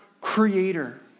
creator